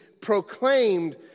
proclaimed